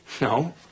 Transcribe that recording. No